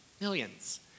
millions